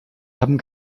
haben